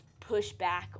pushback